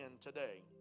today